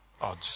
odds